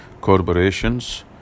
corporations